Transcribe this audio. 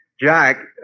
Jack